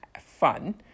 fun